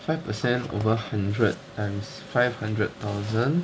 five percent over hundred times five hundred thousand